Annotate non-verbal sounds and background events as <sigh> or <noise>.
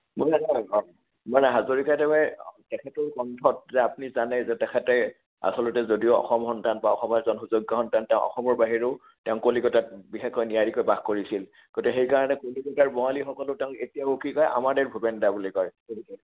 <unintelligible> মানে হাজৰিকাদেৱে তেখেতৰ কণ্ঠত যে আপুনি জানে যে তেখেতে আচলতে যদিও অসম সন্তান বা অসমৰ এজন সুযোগ্য সন্তান তেওঁ অসমৰ বাহিৰেও তেওঁ কলিকতাত বিশেষকৈ নিয়াৰিকৈ বাস কৰিছিল গতিকে সেইকাৰণে কলিকতাৰ বঙালীসকলেও তেওঁক এতিয়াও কি কয় আমাদেৰ ভূপেনদা বুলি কয় <unintelligible>